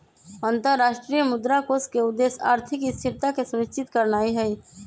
अंतरराष्ट्रीय मुद्रा कोष के उद्देश्य आर्थिक स्थिरता के सुनिश्चित करनाइ हइ